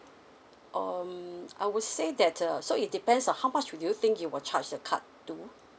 um I would say that uh so it depends on how much would you think you will charge the card to